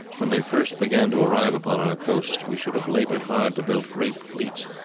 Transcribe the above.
when they first began to arrive upon our coasts we should have laboured hard to build great fleets,